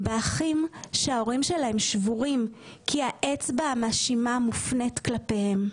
באחים שההורים שלהם שבורים כי האצבע המאשימה מופנית כלפיהם.